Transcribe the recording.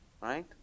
Right